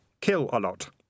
Kill-A-Lot